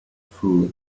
fool